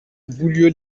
boulieu